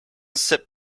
sip